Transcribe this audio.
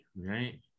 right